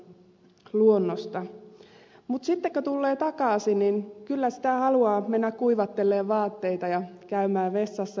mutta sitten kun tulee takaisin niin kyllä sitä haluaa mennä kuivattelemaan vaatteita ja käymään vessassa